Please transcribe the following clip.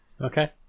okay